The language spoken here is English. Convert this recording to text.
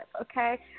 okay